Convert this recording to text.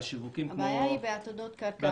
על שיווקים כמו --- הבעיה היא בעתודות קרקע.